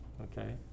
Okay